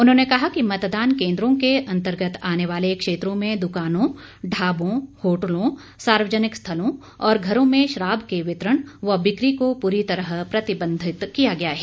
उन्होंने कहा कि मतदान केंद्रों के अंतर्गत आने वाले क्षेत्रों में दुकानों ढाबों होटलों सार्वजनिक स्थलों और घरों में शराब के वितरण व बिक्री को पूरी तरह प्रतिबंधित किया गया है